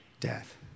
death